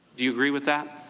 do you agree with that?